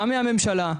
גם מהממשלה,